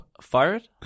fired